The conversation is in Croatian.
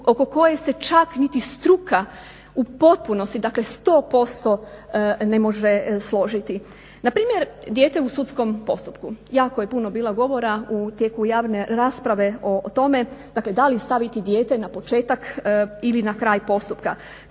oko koje se čak niti struka u potpunosti dakle 100% ne može složiti. Na primjer, dijete u sudskom postupku. Jako je puno bilo govora u tijeku javne rasprave o tome dakle da li staviti dijete na početak ili na kraj postupka.